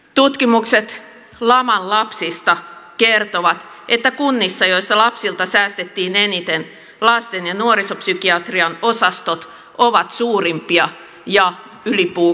tutkimukset laman lapsista kertovat että kunnissa joissa lapsilta säästettiin eniten lasten ja nuorisopsykiatrian osastot ovat suurimpia ja ylibuukattuja